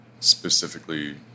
Specifically